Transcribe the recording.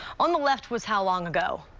on the left was how long ago?